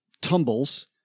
tumbles